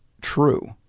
true